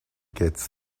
gets